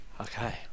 Okay